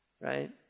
right